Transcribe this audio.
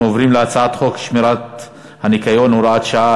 בעד, 9,